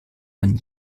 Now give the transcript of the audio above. man